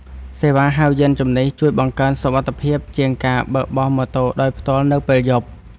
សេវាហៅយានជំនិះ ជួយបង្កើនសុវត្ថិភាពជាងការបើកបរម៉ូតូដោយផ្ទាល់នៅពេលយប់។